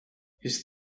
his